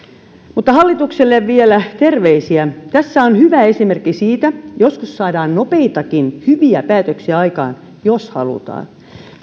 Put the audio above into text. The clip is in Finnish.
mutta hallitukselle vielä terveisiä tässä on hyvä esimerkki siitä että joskus saadaan nopeitakin hyviä päätöksiä aikaan jos halutaan